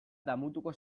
damutuko